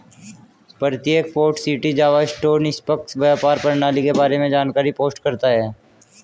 प्रत्येक port city Java store निष्पक्ष व्यापार प्रणाली के बारे में जानकारी पोस्ट करता है